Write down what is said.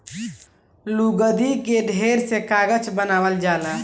लुगदी के ढेर से कागज बनावल जाला